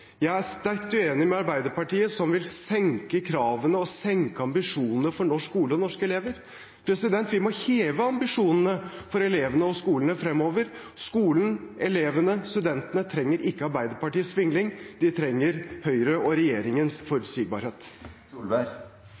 Jeg er sterkt uenig med Arbeiderpartiet, som vil senke kravene og senke ambisjonene for norsk skole og norske elever. Vi må heve ambisjonene for elevene og skolene fremover. Skolen, elevene, studentene trenger ikke Arbeiderpartiets vingling. De trenger Høyre og regjeringens forutsigbarhet.